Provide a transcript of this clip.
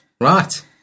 Right